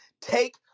take